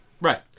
Right